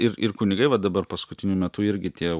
ir ir kunigai va dabar paskutiniu metu irgi tie jau